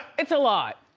it's a lot,